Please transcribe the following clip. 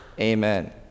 Amen